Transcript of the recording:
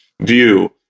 view